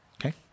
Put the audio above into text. okay